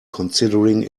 considering